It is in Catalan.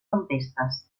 tempestes